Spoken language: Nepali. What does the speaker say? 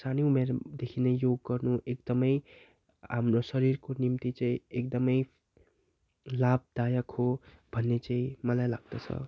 सानो उमेरदेखि नै योग गर्नु एकदमै हाम्रो शरीरको निम्ति चाहिँ एकदमै लाभदायक हो भन्ने चाहिँ मलाई लाग्दछ